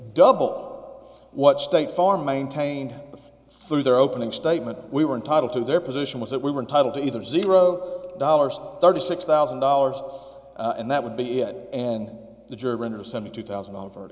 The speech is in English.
double what state farm maintained through their opening statement we were entitled to their position was that we were entitle to either zero dollars thirty six thousand dollars and that would be it and the german or seventy two thousand o